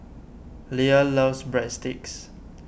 Lea loves Breadsticks